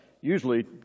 Usually